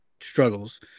struggles